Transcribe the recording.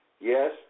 Yes